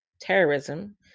terrorism